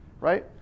Right